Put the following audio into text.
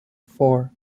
four